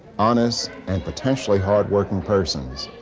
honest and potentially hard-working persons.